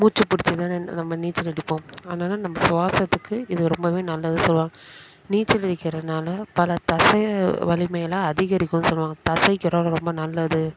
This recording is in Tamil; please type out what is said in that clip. மூச்சு பிடிச்சி தான நம்ம நீச்சல் அடிப்போம் அதனால் நம்ம சுவாசத்துக்கு இது ரொம்பவே நல்லதுன்னு சொல்லுவாங்க நீச்சல் அடிக்கிறதுனால பல தசை வலிமையெல்லாம் அதிகரிக்கும்ன்னு சொல்லுவாங்க தசைக்கெல்லாம் ரொம்ப நல்லது